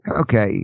Okay